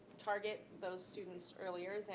target those students earlier,